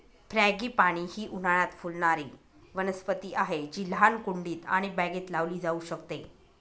frangipani ही उन्हाळयात फुलणारी वनस्पती आहे जी लहान कुंडीत आणि बागेत लावली जाऊ शकते